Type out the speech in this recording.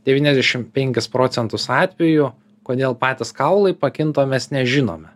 devyniasdešim penkis procentus atvejų kodėl patys kaulai pakinta mes nežinome